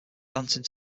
dancing